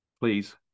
Please